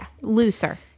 Looser